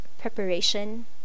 preparation